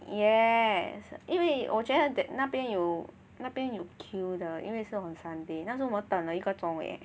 yes 因为我觉得 that 那边有那边有 queue 的因为是 Sunday 那时我等了一个钟 leh